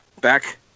back